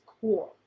core